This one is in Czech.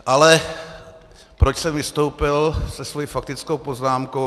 Ale proč jsem vystoupil se svou faktickou poznámkou?